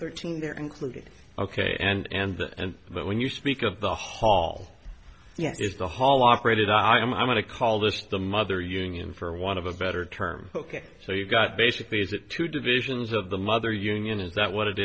thirteen there including ok and and and but when you speak of the hall is the hall operated i'm going to call this the mother union for one of a better term ok so you've got basically is it two divisions of the mother union is that what it